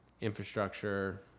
infrastructure